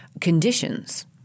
conditions